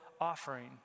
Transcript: offering